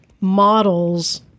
models